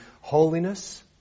holiness